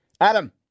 Adam